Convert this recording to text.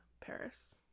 Paris